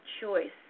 choice